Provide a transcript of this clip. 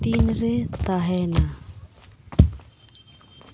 ᱛᱤᱱ ᱨᱮ ᱛᱟᱦᱮᱱᱟ